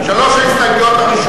שירותי דת לעדות לא),